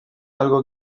algo